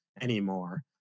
anymore